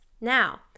Now